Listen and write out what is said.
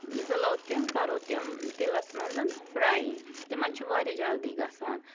زُٕلو تِم کَرو تِم تِلَس منٛز فراے تِمَن چھِ واریاہ جلدی گَژھان